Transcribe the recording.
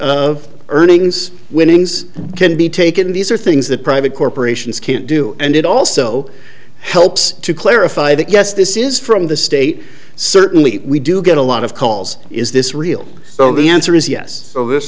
of earnings winnings can be taken these are things that private corporations can't do and it also helps to clarify that yes this is from the state certainly we do get a lot of calls is this real so the answer is yes this